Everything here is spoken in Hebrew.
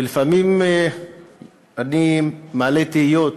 ולפעמים אני מעלה תהיות,